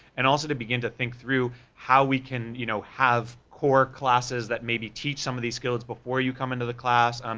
and also to begin to think through how we can, you know, have core classes that maybe teach some of these skills before you come into the class, um